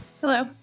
Hello